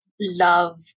love